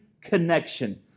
connection